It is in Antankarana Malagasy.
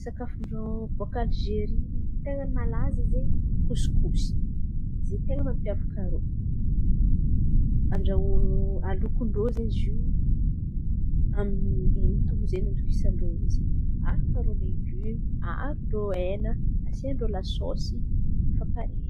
Sakafon-drô baka Alzeria ten̈a mala zen̈y kosikosy zen̈y ten̈a mampiavaka irô. Andraho alokin-drô zen̈y zio zen̈y andokisan-drô izy arakan-drô legimo, aharan-drô hena asian-drô lasôsy fa pare edy.